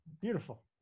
Beautiful